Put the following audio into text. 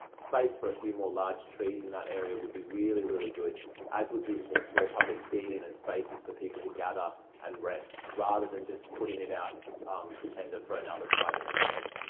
space for a few more large trees in that area would be really, really good as would be more public seating and spaces for people to gather and rest, rather than just putting it out to tender for another private business.